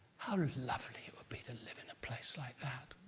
how lovely it would be to live in a place like that.